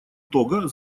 того